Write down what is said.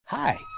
Hi